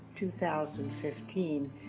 2015